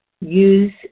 Use